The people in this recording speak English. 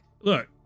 look